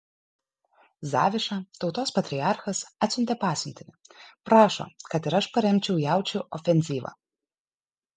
zaviša tautos patriarchas atsiuntė pasiuntinį prašo kad ir aš paremčiau jaučių ofenzyvą